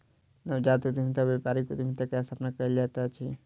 नवजात उद्यमिता में व्यापारिक उद्यम के स्थापना कयल जाइत अछि